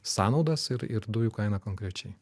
sąnaudas ir ir dujų kainą konkrečiai